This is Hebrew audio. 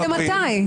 למתי?